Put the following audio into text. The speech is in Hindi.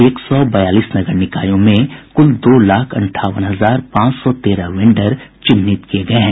एक सौ बयालीस नगर निकायों में कुल दो लाख अंठावन हजार पांच सौ तेरह वेंडर चिन्हित किये गये हैं